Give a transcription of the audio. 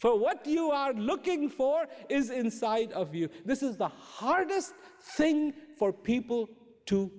for what you are looking for is inside of you this is the hardest thing for people to